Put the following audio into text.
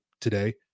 today